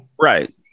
right